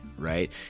right